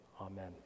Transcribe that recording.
amen